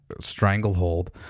stranglehold